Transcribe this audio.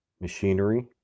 machinery